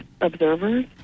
observers